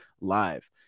Live